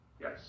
Yes